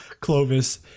Clovis